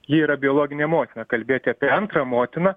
ji yra biologinė motina kalbėti apie antrą motiną